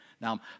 Now